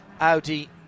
Audi